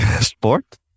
sport